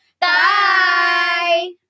Bye